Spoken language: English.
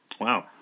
Wow